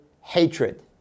hatred